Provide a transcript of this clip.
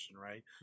right